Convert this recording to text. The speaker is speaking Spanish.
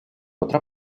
otra